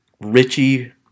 Richie